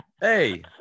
Hey